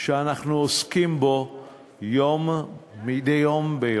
שאנחנו עוסקים בו מדי יום ביומו.